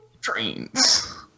trains